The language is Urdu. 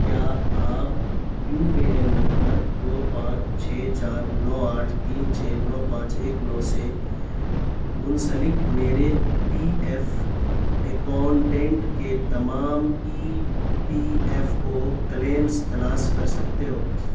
کیا آپ یو اے این نمبر دو پانچ چھ چار نو آٹھ تین چھ نو پانچ ایک نو سے منسلک میرے پی ایف اکاؤنٹینٹ کے تمام E P F O claims تلاش کر سکتے ہو